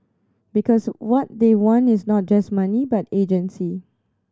because what they want is not just money but agency